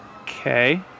Okay